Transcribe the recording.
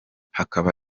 hakaba